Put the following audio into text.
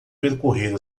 percorrer